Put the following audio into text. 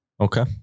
Okay